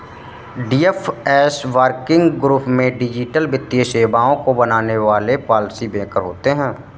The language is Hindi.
डी.एफ.एस वर्किंग ग्रुप में डिजिटल वित्तीय सेवाओं को बनाने वाले पॉलिसी मेकर होते हैं